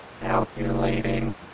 Calculating